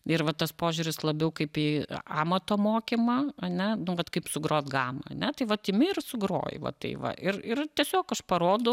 ir va tas požiūris labiau kaip į amato mokymą ane nu vat kaip sugrot gamą ane tai vat imi ir sugroji va tai va ir ir tiesiog aš parodau